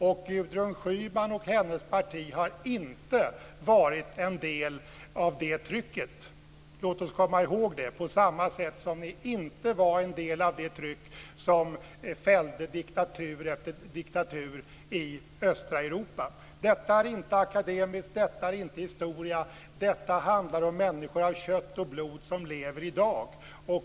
Och Gudrun Schyman och hennes parti har inte varit en del av det trycket - låt oss komma ihåg det - på samma sätt som hon inte var en del av det tryck som fällde diktatur efter diktatur i östra Europa. Detta är inte akademiskt, detta är inte historia, utan detta handlar om människor av kött och blod som lever i dag.